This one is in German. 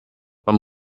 beim